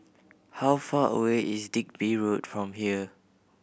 how far away is Digby Road from here